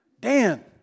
Dan